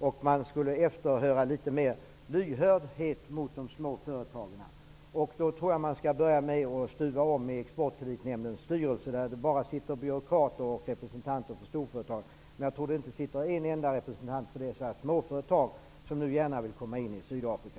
Nämnden borde vara litet mer lyhörd mot de små företagen. Jag tror att man skall börja med att stuva om i Exportkreditnämndens styrelse. Där sitter bara byråkrater och representanter för storföretag. Jag tror inte att det finns en enda representant för dessa småföretag som gärna vill komma in i Sydafrika.